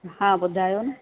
हा ॿुधायो न